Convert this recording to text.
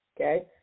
okay